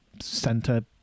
center